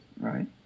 right